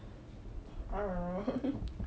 err